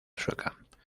sueca